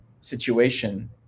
situation